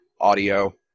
audio